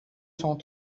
cent